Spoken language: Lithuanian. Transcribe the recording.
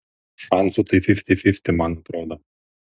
šansų tai fifty fifty man atrodo